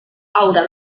haurà